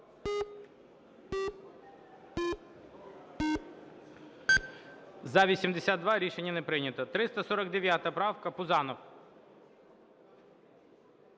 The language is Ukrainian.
За-82 Рішення не прийнято. 349 правка, Пузанов.